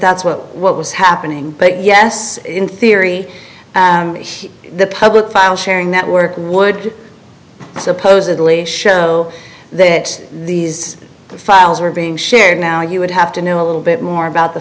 that's what what was happening but yes in theory the public file sharing network would supposedly show that these files are being shared now you would have to know a little bit more about the